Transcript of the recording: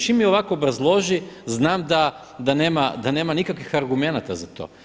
Čim mi ovako obrazloži znam da nema nikakvih argumenata za to.